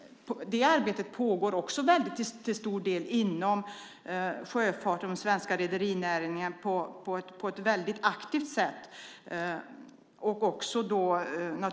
Det arbetet pågår också till stor del inom sjöfarten och med den svenska rederinäringen på ett mycket aktivt sätt.